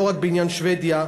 לא רק בעניין שבדיה,